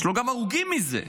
יש גם הרוגים מזה.